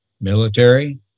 military